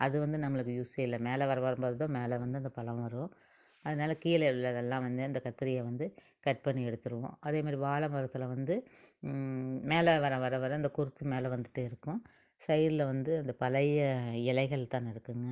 அது வந்து நம்மளுக்கு யூஸே இல்லை மேலே வர வர வரும் போது தான் மேலே வந்து அந்த பழம் வரும் அதனால கீழே உள்ளதெல்லாம் வந்து அந்த கத்திரியை வந்து கட் பண்ணி எடுத்துடுவோம் அதே மாதிரி வாழை மரத்தில் வந்து மேலே வர வர வர அந்த குருத்து மேலே வந்துகிட்டே இருக்கும் சைடில் வந்து அந்த பழைய இலைகள் தான் இருக்கும்ங்க